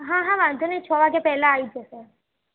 હાહા વાંધો નહીં છ વાગ્યા પહેલાં આવી જશે